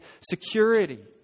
security